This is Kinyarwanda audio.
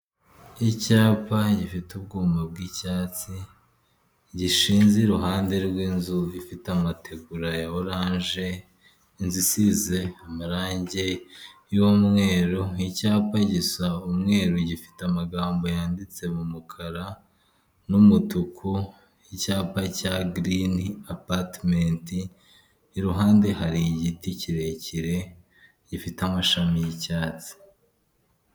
Icyapa gifite ubwoba bw'icyatsi gishinze iruhande rw'inzu ifite amategura ya oranje, inzu isize amarangi y'umweru n'icyapa gisa umweru gifite amagambo yanditse mu mukara numutuku, icyapa cya girini apatimenti, iruhande hari igiti kirekire gifite amashami y'icyatsi.